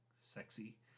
sexy